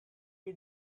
you